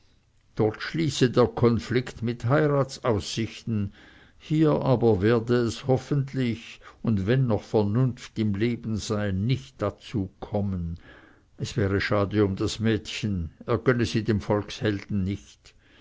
dort schließe der konflikt mit heiratsaussichten hier aber werde es hoffentlich und wenn noch vernunft im leben sei nicht dazu kommen es wäre schade um das mädchen er gönne sie dem volkshelden nicht